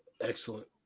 Excellent